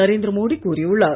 நரேந்திர மோடி கூறியுள்ளார்